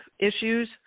issues